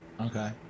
Okay